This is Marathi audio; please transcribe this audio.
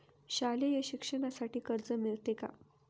शालेय शिक्षणासाठी कर्ज मिळते का?